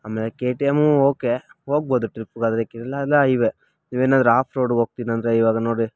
ಆಮೇಲೆ K T M okay ಹೋಗ್ಬೋದು ಟ್ರಿಪ್ಗಾದರೆ ಇಲ್ಲಾಂದರೆ ಐವೇ ನೀವೇನಾದ್ರೂ ಆಫ್ ರೋಡ್ಗೆ ಹೋಗ್ತೀನಂದ್ರೆ ಇವಾಗ ನೋಡಿ